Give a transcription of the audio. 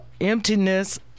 emptiness